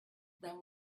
than